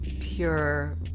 pure